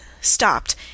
stopped